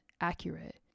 accurate